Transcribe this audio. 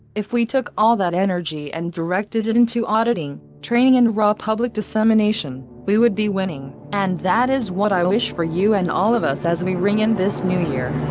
if we took all that energy and directed it into auditing, training and raw public dissemination, we would be winning. and that is what i wish for you and all of us as we ring in this new year.